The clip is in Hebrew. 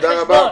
תודה רבה.